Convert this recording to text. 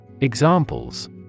Examples